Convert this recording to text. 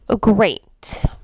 great